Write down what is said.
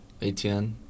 ATN